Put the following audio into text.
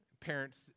Parents